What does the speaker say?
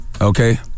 Okay